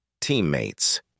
teammates